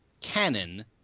cannon